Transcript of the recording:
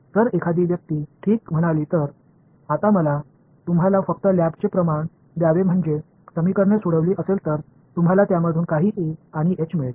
जर एखादी व्यक्ती ठीक म्हणाली तर आता मला तुम्हाला फक्त लॅबचे प्रमाण द्यावे म्हणजे समिकरणे सोडवली असेल तर तुम्हाला त्यामधून काही ई आणि एच मिळेल